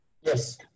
Yes